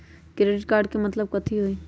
Credit card के मतलब कथी होई?